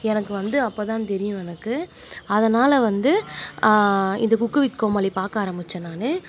எனக்கு வந்து அப்போதான் தெரியும் எனக்கு அதனால் வந்து இது குக்கு வித் கோமாளி பார்க்க ஆரம்பித்தேன் நான்